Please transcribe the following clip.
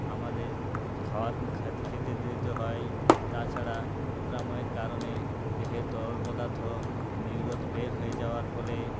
আমাদের খাওয়া খে খেতে দিতে হয় তাছাড়া উদ্রাময়ের কারণে দেহের তরল পদার্থ নির্গত বের হয়ে যাওয়ার ফলে